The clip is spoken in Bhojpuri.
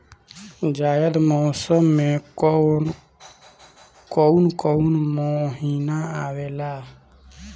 जायद मौसम में कौन कउन कउन महीना आवेला?